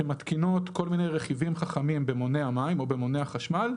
שמתקינות כל מיני רכיבים חכמים במוני המים או במוני החשמל,